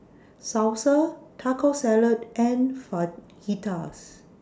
Salsa Taco Salad and Fajitas